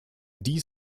dies